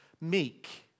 meek